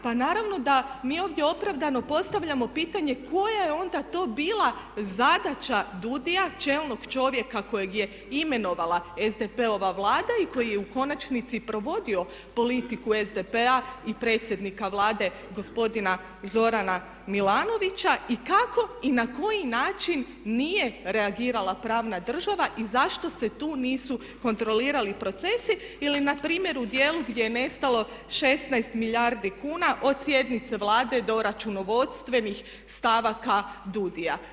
Pa naravno da mi ovdje opravdano postavljamo pitanje koja je onda to bila zadaća DUUDI-a, čelnog čovjeka koje je imenovala SDP-ova Vlada i koji je u konačnici provodio politiku SDP-a i predsjednika Vlade gospodina Zorana Milanovića i kako i na koji način nije reagirala pravna država i zašto se tu nisu kontrolirali procesi ili npr. u dijelu gdje je nestalo 16 milijardi kuna od sjednice Vlade do računovodstvenih stavaka DUUDI-a.